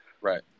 Right